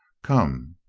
come.